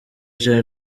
chan